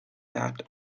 that